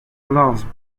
loves